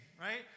Right